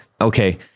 Okay